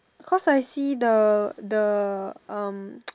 cause I see the the um